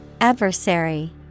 adversary